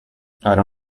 don’t